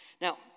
Now